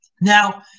Now